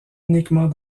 uniquement